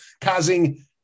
causing